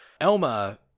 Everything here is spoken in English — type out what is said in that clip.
Elma